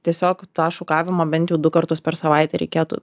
tiesiog tą šukavimą bent jau du kartus per savaitę reikėtų